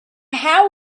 have